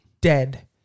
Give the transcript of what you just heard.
Dead